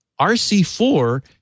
RC4